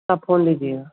आप फोन लीजिए